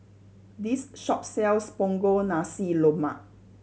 this shop sells Punggol Nasi Lemak